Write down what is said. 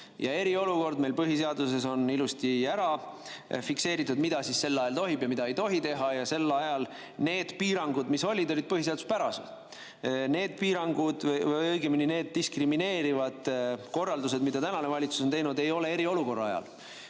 Eriolukord on meil põhiseaduses ilusti ära fikseeritud: mida sel ajal tohib ja mida ei tohi teha. Ja sel ajal need piirangud, mis olid, olid põhiseaduspärased. Need piirangud või õigemini need diskrimineerivad korraldused, mis tänane valitsus on andnud – praegu ei ole eriolukord ja